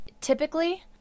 Typically